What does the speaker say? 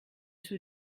too